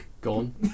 gone